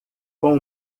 com